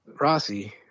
Rossi